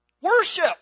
Worship